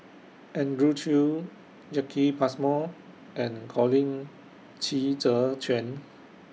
Andrew Chew Jacki Passmore and Colin Qi Zhe Quan